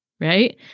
right